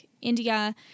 India